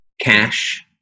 cash